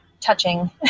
touching